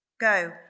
Go